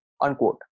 unquote